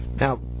Now